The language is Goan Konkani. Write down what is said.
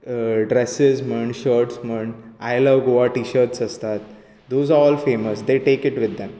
ड्रेसीज म्हण शर्टस म्हण आय लव गोवा म्हण टि शर्टस आसतात those are all famous they take it with them